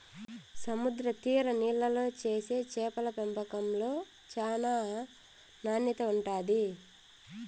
సముద్ర తీర నీళ్ళల్లో చేసే చేపల పెంపకంలో చానా నాణ్యత ఉంటాది